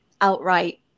outright